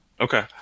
Okay